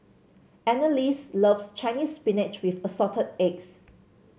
Annalise loves Chinese Spinach with Assorted Eggs